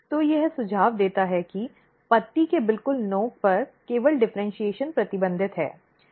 तो यह सुझाव देता है कि पत्ती के बिल्कुल नोक पर केवल डिफ़र्इन्शीएशन प्रतिबंधित है